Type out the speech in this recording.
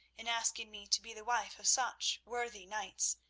in asking me to be the wife of such worthy knights,